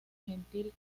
gentil